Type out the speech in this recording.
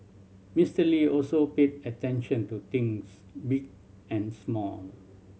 Mister Lee also paid attention to things big and small